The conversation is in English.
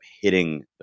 hitting